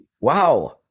wow